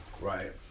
right